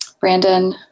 brandon